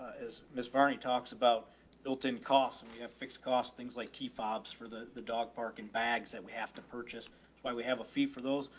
as ms bernie talks about builtin costs and we have fixed costs, things like key fobs for the, the dog park and bags that and we have to purchase. it's why we have a fee for those.